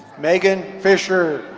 megan fischer.